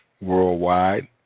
Worldwide